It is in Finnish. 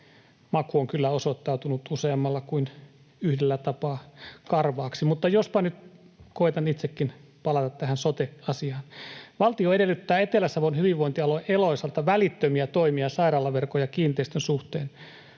Maku on kyllä osoittautunut useammalla kuin yhdellä tapaa karvaaksi. Mutta jospa nyt koitan itsekin palata tähän sote-asiaan. Valtio edellyttää Etelä-Savon hyvinvointialue Eloisalta välittömiä toimia sairaalaverkon ja kiinteistöjen suhteen.